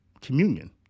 communion